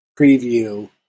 preview